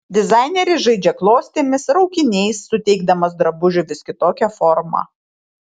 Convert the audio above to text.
dizaineris žaidžia klostėmis raukiniais suteikdamas drabužiui vis kitokią formą